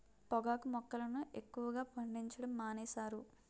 పొగాకు మొక్కలను ఎక్కువగా పండించడం మానేశారు